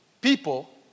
people